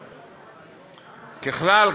ככלל,